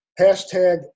hashtag